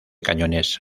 cañones